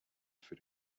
für